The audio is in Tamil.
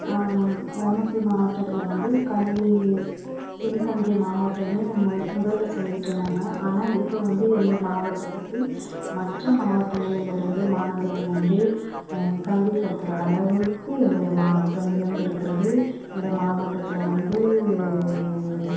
தருமபுரி மாவட்டத்தில் வந்து கல்வி பின்தங்கிய மாவட்டம்னு முன் முதலில் சொல்லிகிட்டுருந்தாங்க ஆனால் இப்போ வந்து எங்கள் மாவட்டத்துக்கு மற்ற மாவட்டங்களில் இருந்து மாணவர்கள் வந்து கல்வி கற்கிற அளவுக்கு நம்முடைய மாவட்டம் உயர்ந்திருக்கிறது நம்முடைய மாவட்டத்தில் வந்து